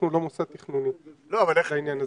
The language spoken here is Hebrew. אנחנו לא מוסד תכנוני בעניין הזה.